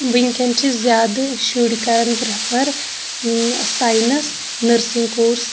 وُنکٮ۪ن چھ زیٛادٕ شُرۍ کران پریفر ساینس نٔرسِنٛگ کورس